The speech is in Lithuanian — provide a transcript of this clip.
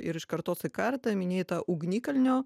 ir iš kartos į kartą minėjai tą ugnikalnio